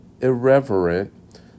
irreverent